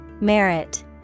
Merit